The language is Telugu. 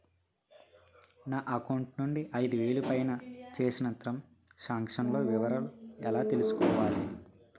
నా అకౌంట్ నుండి ఐదు వేలు పైన చేసిన త్రం సాంక్షన్ లో వివరాలు ఎలా తెలుసుకోవాలి?